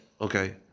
Okay